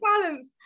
balance